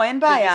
אין בעיה,